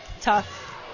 tough